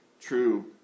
true